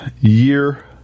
year